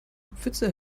pfütze